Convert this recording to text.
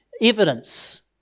evidence